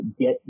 get